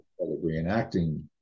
reenacting